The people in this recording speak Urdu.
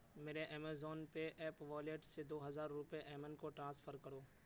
میرے ایمیزون پے ایپ والیٹ سے دو ہزار روپئے ایمن کو ٹرانسفر کرو